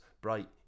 bright